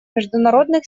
международных